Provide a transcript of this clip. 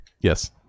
Yes